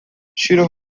ŝiru